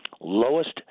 lowest